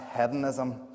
hedonism